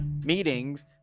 meetings